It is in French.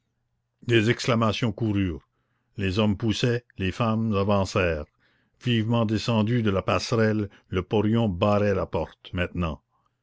des exclamations coururent les hommes poussaient les femmes avancèrent vivement descendu de la passerelle le porion barrait la porte maintenant